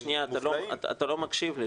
מאיר, שנייה, אתה לא מקשיב לי.